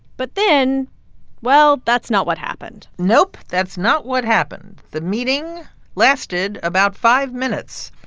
but then well, that's not what happened nope. that's not what happened. the meeting lasted about five minutes.